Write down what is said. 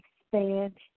expand